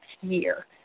year